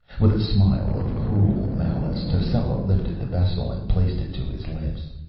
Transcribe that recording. with a smile of cruel malice, tascela lifted the vessel and placed it to his lips.